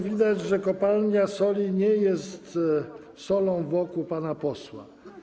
Widać, że kopalnia soli nie jest solą w oku pana posła.